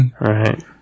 Right